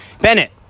Bennett